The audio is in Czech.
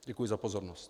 Děkuji za pozornost.